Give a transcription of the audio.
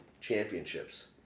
championships